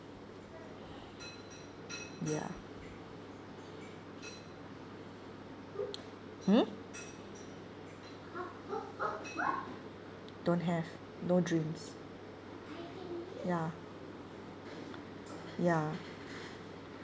ya hmm don't have no dreams ya ya